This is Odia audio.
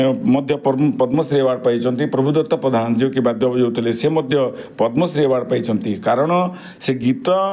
ମଧ୍ୟ ପଦ୍ମଶ୍ରୀ ଆୱାର୍ଡ଼ ପାଇଛନ୍ତି ପ୍ରଭୁଦତ୍ତ ପ୍ରଧାନ ଯେ କି ବାଦ୍ୟ ବଜାଉଥିଲେ ସେ ମଧ୍ୟ ପଦ୍ମଶ୍ରୀ ଆୱାର୍ଡ଼ ପାଇଛନ୍ତି କାରଣ ସେ ଗୀତ